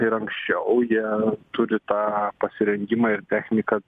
ir anksčiau jie turi tą pasirengimą ir techniką